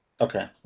Okay